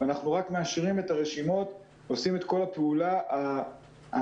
אנחנו רק מאשרים את הרשימות ועושים את כל הפעולה המסנכרנת